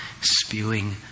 spewing